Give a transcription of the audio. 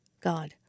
God